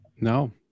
No